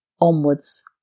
onwards